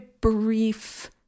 brief